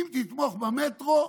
אם תתמוך במטרו,